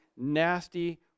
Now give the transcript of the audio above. nasty